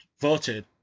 voted